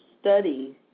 study